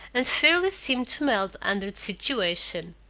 and fairly seemed to melt under the situation.